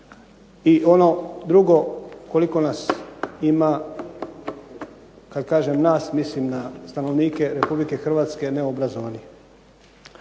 i ono drugo koliko nas ima, kad kažem nas mislim na stanovnike Republike Hrvatske neobrazovanih